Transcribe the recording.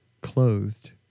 clothed